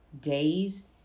days